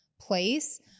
place